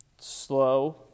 slow